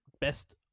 Best